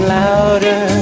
louder